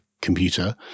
computer